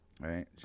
right